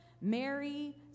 Mary